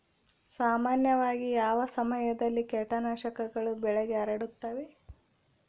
ಸಾಮಾನ್ಯವಾಗಿ ಯಾವ ಸಮಯದಲ್ಲಿ ಕೇಟನಾಶಕಗಳು ಬೆಳೆಗೆ ಹರಡುತ್ತವೆ?